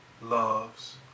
loves